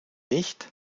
nicht